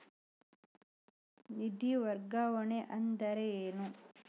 ನಿಧಿ ವರ್ಗಾವಣೆ ಅಂದರೆ ಏನು?